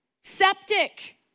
septic